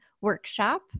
workshop